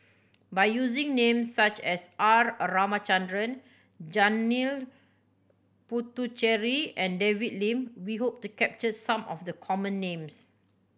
by using names such as R Ramachandran Janil Puthucheary and David Lim we hope to capture some of the common names